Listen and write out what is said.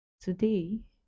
today